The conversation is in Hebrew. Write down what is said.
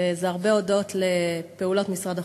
וזה הרבה הודות לפעולות משרד החוץ.